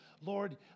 lord